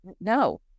no